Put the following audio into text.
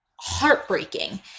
heartbreaking